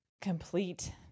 complete